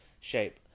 shape